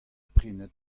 prenet